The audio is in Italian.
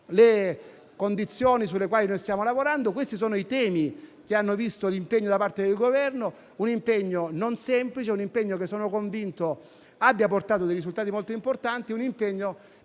le condizioni sulle quali noi stiamo lavorando. Questi sono i temi che hanno visto l'impegno da parte del Governo; un impegno non semplice, ma che sono convinto abbia portato risultati molto importanti; un impegno